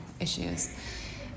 issues